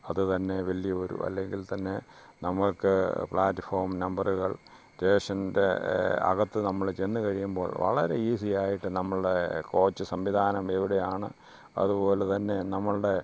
അതുതന്നെ വലിയ ഒരു അല്ലെങ്കിൽ തന്നെ നമ്മൾക്ക് പ്ലാറ്റ്ഫോം നമ്പറുകൾ സ്റ്റേഷൻ്റെ അകത്ത് നമ്മൾ ചെന്ന് കഴിയുമ്പോൾ വളരെ ഈസിയായിട്ട് നമ്മളെ കോച്ച് സംവിധാനം എവിടെയാണ് അതുപോലെ തന്നെ നമ്മളുടെ